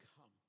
come